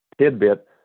tidbit